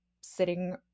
sitting